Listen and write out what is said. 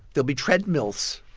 there'll be treadmills,